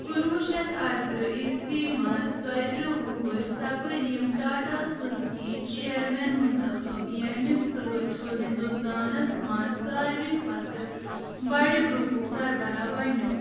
کُنوُہ شیٚتھ اَرترٕہ عیٖسوی منٛز ژُیٔترٕہ وُہرۍ سپٕدۍ یِم ٹاٹا سنزکی چیرمین منتخب ییٚمہِ سۭتۍ سُہ ہندوستانس منٛز ساروے کھۅتہٕ بڑِ گرُپُک سربراہ بنیوو